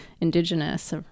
indigenous